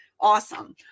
Awesome